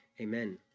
Amen